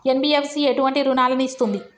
NBFC ఎటువంటి రుణాలను ఇస్తుంది?